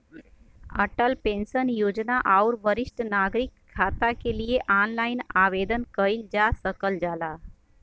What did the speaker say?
Atal pension योजना आउर वरिष्ठ नागरिक खाता के लिए ऑनलाइन आवेदन कइल जा सकल जाला